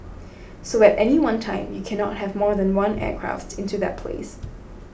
so at any one time you cannot have more than one aircraft into that place